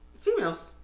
females